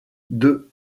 deux